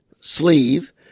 sleeve